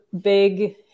big